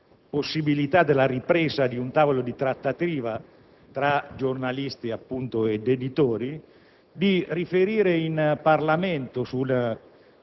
possibilità della ripresa di un tavolo di trattativa tra giornalisti e editori, di riferire in Parlamento sullo